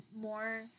more